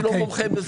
אני לא מומחה,